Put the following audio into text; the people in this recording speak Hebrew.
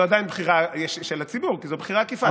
ועדיין זו בחירה של הציבור, כי זו בחירה עקיפה.